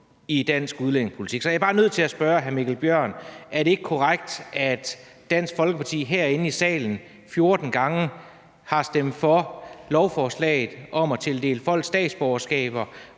i dansk udlændingepolitik. Så jeg er bare nødt til at spørge hr. Mikkel Bjørn: Er det ikke korrekt, at Dansk Folkeparti herinde i salen 14 gange har stemt for lovforslagene om at tildele folk statsborgerskaber,